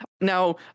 now